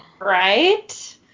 Right